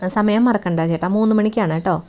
സമയം മറക്കണ്ട ചേട്ടാ മൂന്ന് മണിക്കാണേട്ടോ